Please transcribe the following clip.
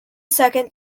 second